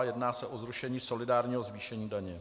Jedná se o zrušení solidárního zvýšení daně.